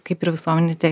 kaip ir visuomenėj tie